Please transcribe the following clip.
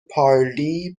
پارلی